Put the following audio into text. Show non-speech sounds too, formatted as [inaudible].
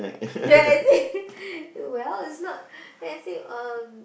then I say [laughs] well it's not then I say uh